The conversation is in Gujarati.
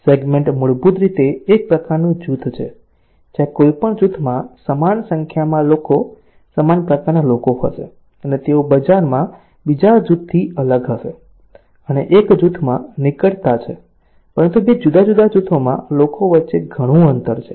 સેગ્મેન્ટ મૂળભૂત રીતે એક પ્રકારનું જૂથ છે જ્યાં કોઈપણ જૂથમાં સમાન સંખ્યામાં લોકો સમાન પ્રકારના લોકો હશે અને તેઓ બજારમાં બીજા જૂથથી અલગ હશે અને એક જૂથમાં નિકટતા છે પરંતુ 2 જુદા જુદા જૂથોમાં લોકો વચ્ચે ઘણું અંતર છે